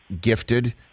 gifted